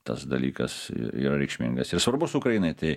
tas dalykas yra reikšmingas ir svarbus ukrainai tai